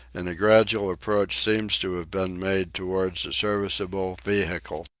and a gradual approach seems to have been made towards a serviceable vehicle.